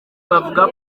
bavuga